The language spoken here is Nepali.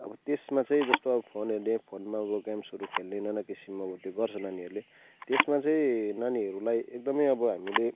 अब त्यसमा चाहिँ जस्तो अब फोन हेर्ने फोनमा अब ग्याम्सहरू खेल्ने नानाकिसिम अब त्यो गर्छ नानीहरूले त्यसमा चाहिँ नानीहरूलाई एकदमै अब हामीले